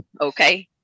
Okay